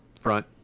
front